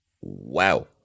wow